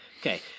Okay